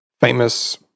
famous